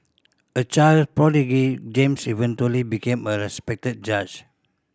a child prodigy James eventually became a respected judge